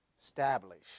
Establish